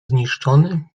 zniszczony